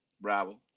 Bravo